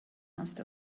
must